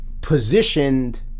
positioned